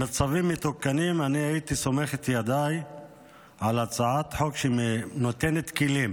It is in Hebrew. במצבים מתוקנים אני הייתי סומך את ידיי על הצעת חוק שנותנת כלים